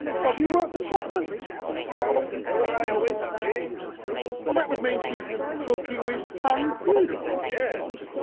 so do you work for chapman's now? no. i'm still where i always have been. but that would mean she's booking with funn funerals? yes.